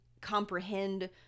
comprehend